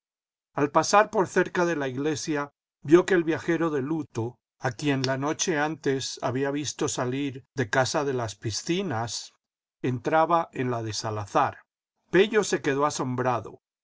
al pasar por cerca de la iglesia vio que el viajero de luto a quien la noche antes había visto salir de casa de las piscinas entraba en la de salazar pello se quedó asombrado